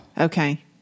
Okay